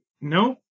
No